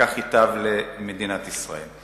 כך ייטב למדינת ישראל.